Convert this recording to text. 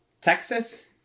Texas